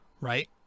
Right